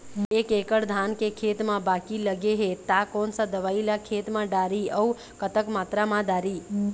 एक एकड़ धान के खेत मा बाकी लगे हे ता कोन सा दवई ला खेत मा डारी अऊ कतक मात्रा मा दारी?